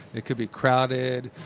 it could be crowded,